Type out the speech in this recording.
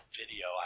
video